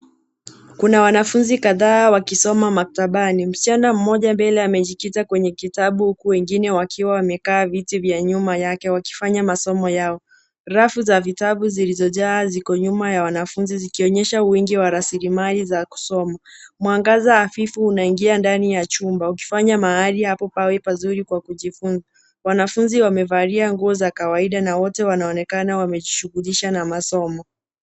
Kuna wanafunzi kadhaa wakisoma maktabani. Msichana mmoja mbele amejikita kwenye kitabu, huku wengine wakiwa wamekaa viti vya nyuma yake wakifanya masomo yao. Rafu za vitabu zilizojaa, ziko nyuma ya wanafunzi zikionyesha wingi wa rasilimali za kusoma. Mwangaza hafifu unaingia ndani ya chumba ukifanya mahali hapo pawe pazuri kwa kujifunza wanafunzi wamevalia nguo za kawaida na wote wanaonekana wamejishughulisha na masomo.